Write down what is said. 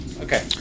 Okay